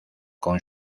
con